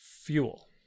fuel